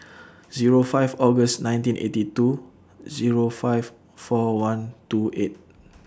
Zero five August nineteen eighty two Zero five four one two eight